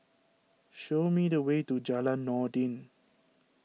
show me the way to Jalan Noordin